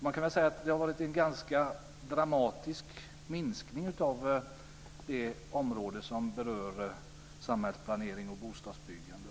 Man kan säga att det har varit en ganska dramatisk minskning av det område som berör samhällsplanering och bostadsbyggande.